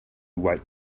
wait